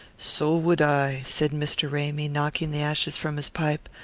so would i, said mr. ramy, knocking the ashes from his pipe.